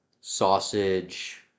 sausage